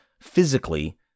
physically